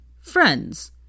Friends